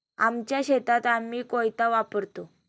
आमच्या शेतात आम्ही कोयता वापरतो